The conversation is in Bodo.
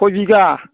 खय बिघा